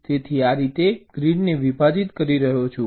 તેથી હું આ રીતે ગ્રીડને વિભાજિત કરી રહ્યો છું